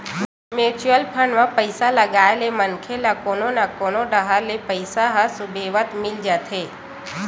mutual fund म पइसा लगाए ले मनखे ल कोनो न कोनो डाहर ले पइसा ह सुबेवत मिल जाथे